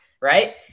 right